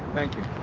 thank you.